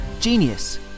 Genius